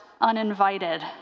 uninvited